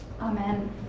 Amen